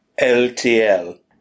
LTL